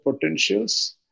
potentials